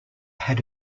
had